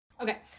Okay